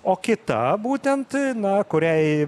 o kita būtent na kuriai